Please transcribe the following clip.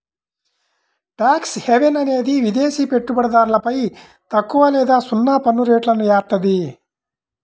tax haven అనేది విదేశి పెట్టుబడిదారులపై తక్కువ లేదా సున్నా పన్నురేట్లను ఏత్తాది